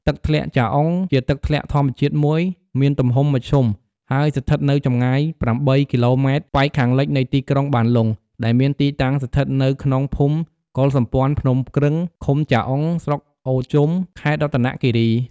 ទឹកធ្លាក់ចាអុងជាទឹកធ្លាក់ធម្មជាតិមួយ មានទំហំមធ្យមហើយស្ថិតនៅចម្ងាយ ប្រាំបីគីឡូម៉ែត្រប៉ែកខាងលិចនៃទីក្រុងបានលុងដែលមានទីតាំងស្ថិតនៅក្នុងភូមិកុលសម្ព័ន្ធភ្នំគ្រឹង ឃុំចាអុង ស្រុកអូរជុំ ខេត្តរតនគិរី។។